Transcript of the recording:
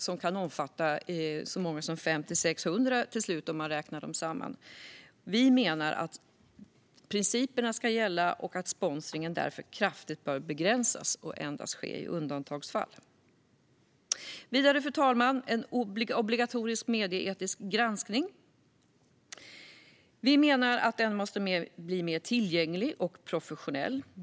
Det kan omfatta så många som 500-600 när de räknas samman. Vi menar att principerna ska gälla och att sponsringen därför kraftigt bör begränsas och endast ske i undantagsfall. Fru talman! Vidare bör en obligatorisk medieetisk granskning bli mer tillgänglig och professionell.